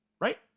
Right